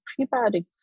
prebiotic